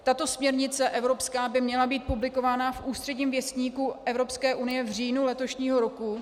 Tato směrnice evropská by měla být publikována v Úředním věstníku Evropské unie v říjnu letošního roku.